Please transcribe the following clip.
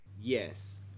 Yes